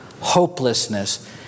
hopelessness